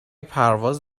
پرواز